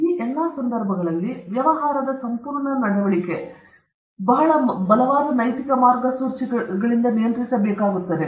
ಈ ಎಲ್ಲಾ ಸಂದರ್ಭಗಳಲ್ಲಿ ವ್ಯವಹಾರದ ಸಂಪೂರ್ಣ ನಡವಳಿಕೆ ಬಹಳ ಬಲವಾದ ನೈತಿಕ ಮಾರ್ಗಸೂಚಿಗಳಿಂದ ನಿಯಂತ್ರಿಸಬೇಕಾಗಿದೆ